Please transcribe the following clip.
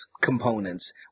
components